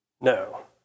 No